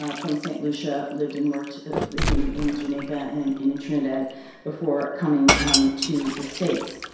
ah from st. lucia, lived and worked in in jamaica and in in trinidad before coming um to the states.